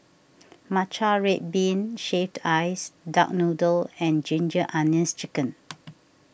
Matcha Red Bean Shaved Ice Duck Noodle and Ginger Onions Chicken